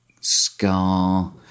scar